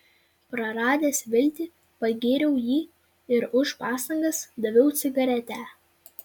praradęs viltį pagyriau jį ir už pastangas daviau cigaretę